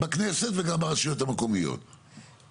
כל מה שהולך לדיור מסתכם בערך ב-50%?